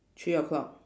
three o'clock